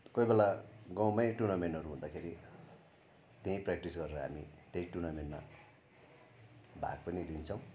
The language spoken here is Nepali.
कोही बेला गाउँमै टुर्नामेन्ट हुँदाखेरि त्यहीँ प्रेक्टिस गरेर हामी त्यही टुर्नामेन्टमा भाग पनि लिन्छौँ